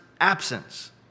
absence